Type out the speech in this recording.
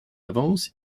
avance